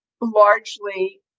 largely